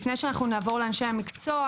לפני שאנחנו נעבור לאנשי המקצוע,